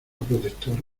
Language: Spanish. protectora